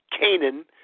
Canaan